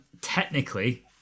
Technically